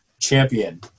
champion